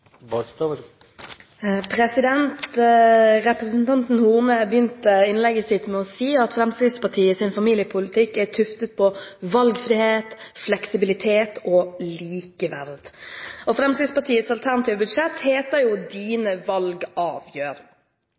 regjeringspartiene gjort. Representanten Horne begynte innlegget sitt med å si at Fremskrittspartiets familiepolitikk er tuftet på valgfrihet, fleksibilitet og likeverd. Fremskrittspartiets alternative budsjett heter jo